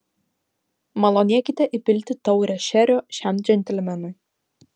malonėkite įpilti taurę šerio šiam džentelmenui